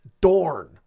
Dorn